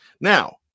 Now